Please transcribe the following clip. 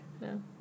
No